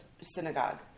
synagogue